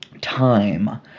time